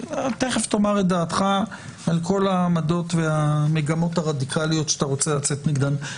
תכף תאמר את דעתך על כל העמדות והמגמות הרדיקליות שאתה רוצה לצאת נגדן.